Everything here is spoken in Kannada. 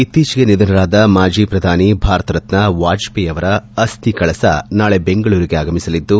ಇತ್ತೀಚಿಗೆ ನಿಧನರಾದ ಮಾಟಿ ಪ್ರಧಾನಿ ಭಾರತರತ್ನ ವಾಜಪೇಯಿ ಅವರ ಅಸ್ವಿ ಕಳಸ ನಾಳೆ ಬೆಂಗಳೂರಿಗೆ ಆಗಮಿಸಲಿದ್ದು